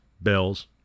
bells